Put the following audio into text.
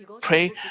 pray